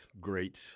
great